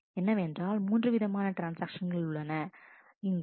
என்னவென்றால் மூன்றுவிதமான ட்ரான்ஸ்ஆக்ஷன்கள் உள்ளன இங்கு அவைw1w2w3